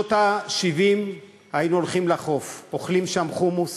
בשנות ה-70 היינו הולכים לחוף, אוכלים שם חומוס